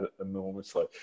enormously